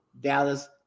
Dallas